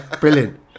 Brilliant